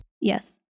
Yes